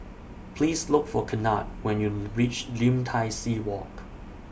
Please Look For Kennard when YOU REACH Lim Tai See Walk